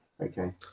Okay